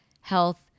health